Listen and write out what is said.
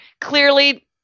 Clearly